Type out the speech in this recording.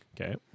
Okay